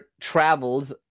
travels